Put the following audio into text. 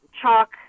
chalk